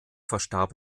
verstarb